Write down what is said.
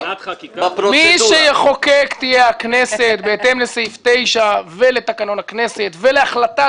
מי שיחוקק זו הכנסת בהתאם לסעיף 9 לתקנון הכנסת ולהחלטת